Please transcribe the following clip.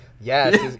Yes